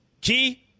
Key